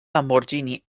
lamborghini